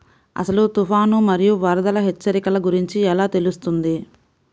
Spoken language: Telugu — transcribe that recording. అసలు తుఫాను మరియు వరదల హెచ్చరికల గురించి ఎలా తెలుస్తుంది?